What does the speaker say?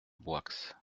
boixe